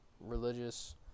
religious